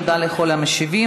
תודה לכל המשיבים.